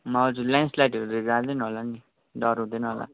हजुर ल्यान्डस्लाइडहरू जाँदैन होला नि डर हुँदैन होला